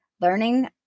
learning